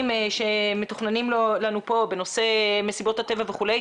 שמתוכננים לנו פה בנושא מסיבות הטבע וכו'.